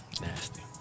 Nasty